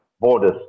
borders